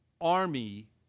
army